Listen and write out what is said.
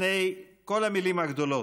לפני כל המילים הגדולות,